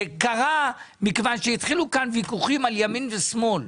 זה קרה מכיוון שהתחילו כאן ויכוחים על ימין ועל שמאל,